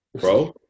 bro